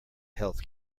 health